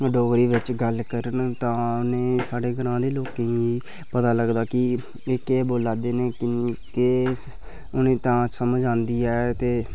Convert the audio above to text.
डोगरी बिच गल्ल करन तां नेईं साढ़े ग्रांऽ दे लोकें ई पता लगदा कि केह् बोल्लै दे न केह् उ'नें ई तां समझ औंदी ऐ ते